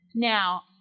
Now